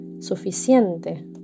Suficiente